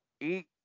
eat